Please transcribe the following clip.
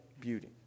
beauty